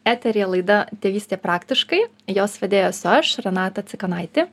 eteryje laida tėvystė praktiškai jos vedėja esu aš renata cikanaitė